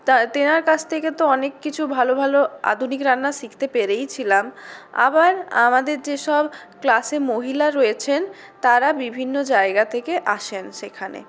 তাঁর তেনার কাজ থেকে তো অনেক কিছু ভালো ভালো আধুনিক রান্না শিখতে পেরেইছিলাম আবার আমাদের যে সব ক্লাসে মহিলা রয়েছেন তারা বিভিন্ন জায়গা থেকে আসেন সেখানে